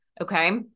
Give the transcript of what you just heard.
okay